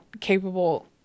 capable